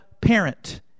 parent